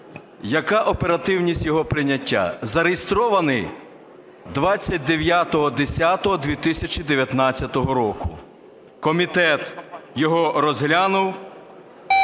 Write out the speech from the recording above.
яка оперативність його прийняття? Зареєстрований 29.10.2019 року. Комітет його розглянув